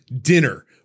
dinner